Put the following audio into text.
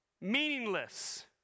meaningless